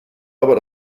aber